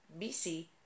BC